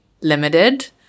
limited